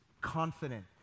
confident